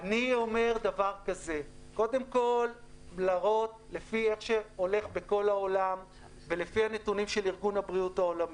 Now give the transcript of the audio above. אני אומר דבר כזה: לפי איך שהולך בכל העולם ולפי ארגון הבריאות העולמי,